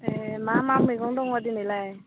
ए मा मा मैगं दङ दिनैलाय